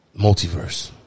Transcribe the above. Multiverse